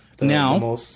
Now